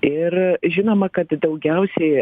ir žinoma kad daugiausiai